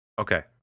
Okay